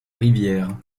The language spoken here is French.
rivière